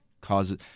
causes